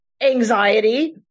anxiety